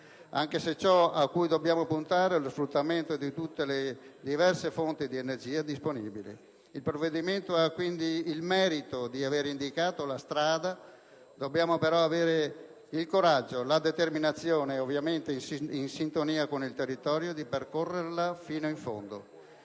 anche se ciò a cui dobbiamo puntare è lo sfruttamento di tutte le diverse fonti di energia disponibile. Il provvedimento ha quindi il merito di aver indicato la strada; tuttavia, dobbiamo avere il coraggio e la determinazione, ovviamente in sintonia con il territorio, di percorrerla fino in fondo.